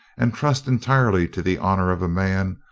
and trust entirely to the honour of a man,